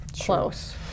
close